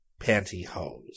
pantyhose